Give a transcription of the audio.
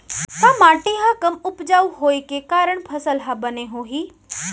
का माटी हा कम उपजाऊ होये के कारण फसल हा बने होही?